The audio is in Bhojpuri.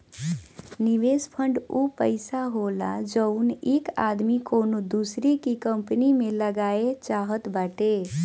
निवेस फ़ंड ऊ पइसा होला जउन एक आदमी कउनो दूसर की कंपनी मे लगाए चाहत बाटे